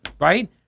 Right